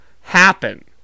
happen